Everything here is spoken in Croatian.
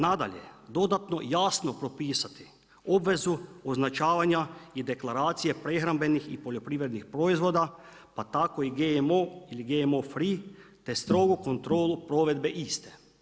Nadalje, dodatno jasno propisati obvezu označavanja i deklaracije prehrambenih i poljoprivrednim proizvoda pa tako i GMO ili GMO free te strogo kontrolu provedbe iste.